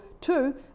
two